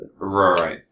right